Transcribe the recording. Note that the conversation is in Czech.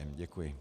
Děkuji.